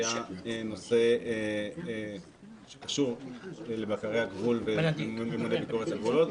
היה נושא שקשור לבקרי הגבול ולממוני ביקורת הגבולות.